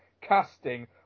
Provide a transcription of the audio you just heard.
casting